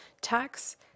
tax